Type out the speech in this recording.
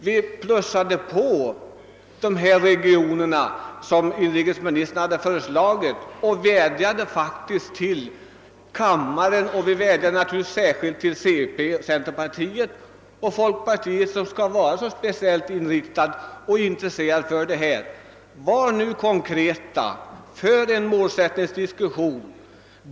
Vi utökade det antal regioner som inrikesministern föreslagit och vädjade faktiskt till kammarens ledamöter, naturligtvis särskilt till centerpartiets och folkpartiets, som säger sig vara så speciellt intresserade på det här området, att vara konkreta och föra en målsättningsdiskussion.